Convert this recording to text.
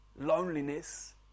loneliness